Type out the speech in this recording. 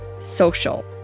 social